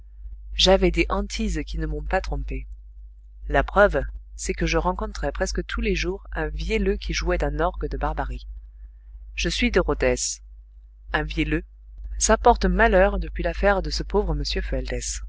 j'avais des hantises qui ne m'ont pas trompée la preuve c'est que je rencontrais presque tous les jours un vielleux qui jouait d'un orgue de barbarie je suis de rodez un vielleux ça porte malheur depuis l'affaire de ce pauvre